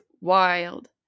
wild